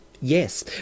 yes